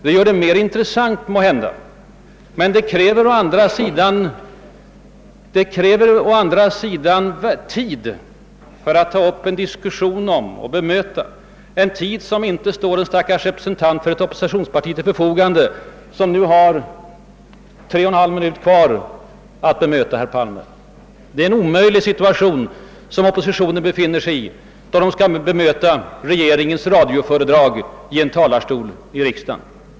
Det gör det måhända mer intressant, men det kräver å andra sidan tid för att ta upp en diskussion om det och bemöta det, en tid, som inte står en stackars representant för ett oppositionsparti till förfogande, som nu har 3!/> minuter kvar att bemöta herr Palme. Det är en omöjlig situation, som oppositionen befinner sig i, då den skall bemöta regeringens radioföredrag i en talarstol i riksdagen.